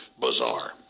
bizarre